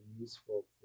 useful